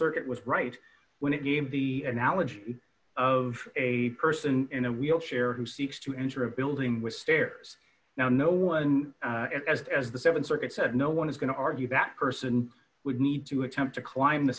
circuit was right when it gave the analogy of a person in a wheelchair who seeks to enter a building with stairs now no one has as the th circuit said no one is going to argue that person would need to attempt to climb the